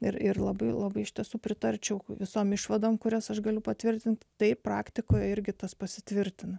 ir ir labai labai iš tiesų pritarčiau visom išvadoms kurias aš galiu patvirtinti tai praktikoje irgi tas pasitvirtina